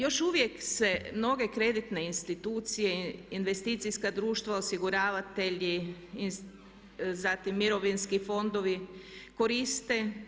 Još uvijek se mnoge kreditne institucije, investicijska društva, osiguravatelji, zatim mirovinski fondovi koriste.